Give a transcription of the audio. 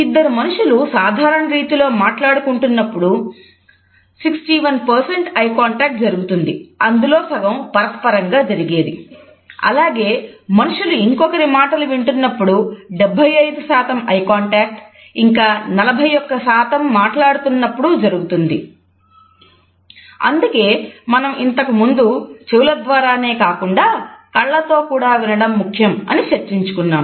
ఇద్దరు మనుషులు సాధారణ రీతిలో మాట్లాడుకుంటున్నప్పుడు 61 ఐ కాంటాక్ట్ అనేది కూడా మారుతుంది